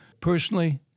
Personally